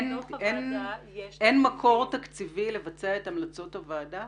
אין מקור תקציבי לבצע את המלצות הוועדה?